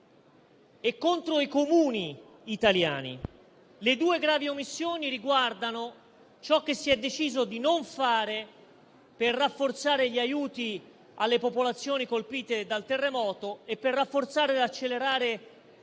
e contro i Comuni italiani. Le due gravi omissioni riguardano ciò che si è deciso di non fare per rafforzare gli aiuti alle popolazioni colpite dal terremoto e per rafforzare e accelerare